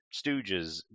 stooges